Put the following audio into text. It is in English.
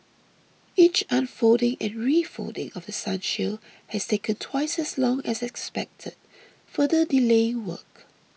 each unfolding and refolding of The Sun shield has taken twice as long as expected further delaying work